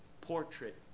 portrait